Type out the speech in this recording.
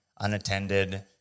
unattended